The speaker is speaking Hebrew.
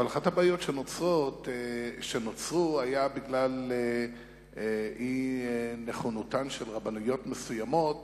אבל אחת הבעיות שנוצרה היתה בגלל אי-נכונותן של רבנויות מסוימות